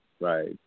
right